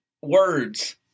words